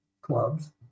clubs